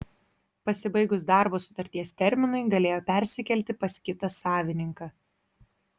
pasibaigus darbo sutarties terminui galėjo persikelti pas kitą savininką